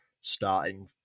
starting